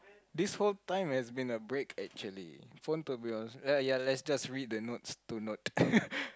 this whole time has been a break actually phone to be on ya less just read the notes to note